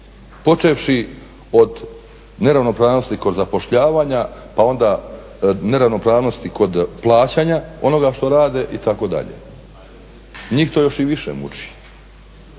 počevši od neravnopravnosti kod zapošljavanja pa onda neravnopravnosti kod plaćanja onoga što rade itd. njih to još i više muči.